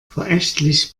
verächtlich